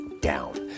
down